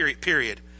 period